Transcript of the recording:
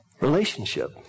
Relationship